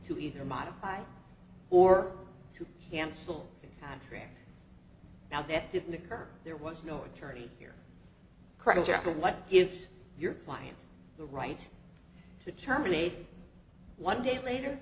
to either modify or to cancel the trip now that didn't occur there was no authority here creditor what if your client the right to terminate one day later